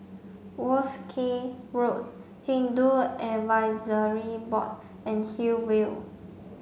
Wolskel Road Hindu Advisory Board and Hillview